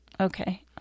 Okay